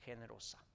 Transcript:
generosa